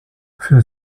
für